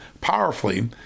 powerfully